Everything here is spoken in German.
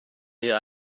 ihr